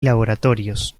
laboratorios